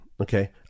okay